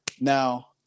Now